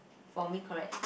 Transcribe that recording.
for me correct